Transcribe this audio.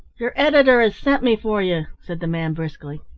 your editor has sent me for you, said the man briskly.